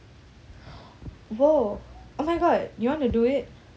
!whoa! oh my god you want to do it